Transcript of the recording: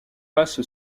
passe